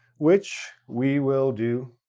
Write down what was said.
which we will do,